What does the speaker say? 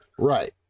right